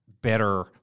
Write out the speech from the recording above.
better